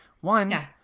One